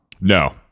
No